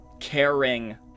caring